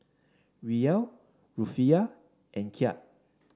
Riel Rufiyaa and Kyat